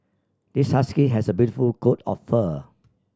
this husky has a beautiful coat of fur